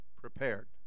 prepared